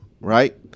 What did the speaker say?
right